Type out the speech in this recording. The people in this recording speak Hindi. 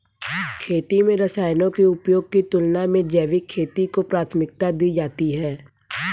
खेती में रसायनों के उपयोग की तुलना में जैविक खेती को प्राथमिकता दी जाती है